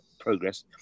progress